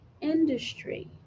industry